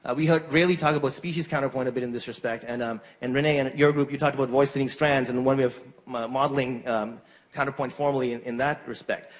ah we rarely talk about species counterpoint but in this respect, and um and rene, in your group, you talked about voice-leading strands and the one we have modeling counterpoint formally, and in that respect.